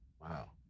wow